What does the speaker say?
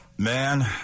Man